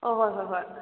ꯍꯣꯏ ꯍꯣꯏ ꯍꯣꯏ ꯍꯣꯏ